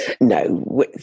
no